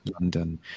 London